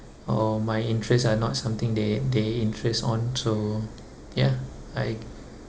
or my interests are not something they they interest on so ya I